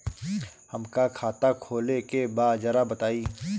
हमका खाता खोले के बा जरा बताई?